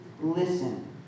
listen